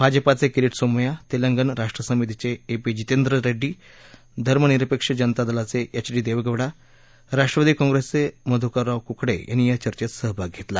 भाजपचे किरीट सोमय्या तेलंगणा राष्ट्र समितीचे A P Jitendra Reddy धर्मनिरपेक्ष जनता दलाचे एच डी देवेगौडा राष्ट्रवादी काँग्रेसचे मधुकरराव कुकडे यांनी या चर्चेत सहभाग घेतला